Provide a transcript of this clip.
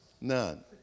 None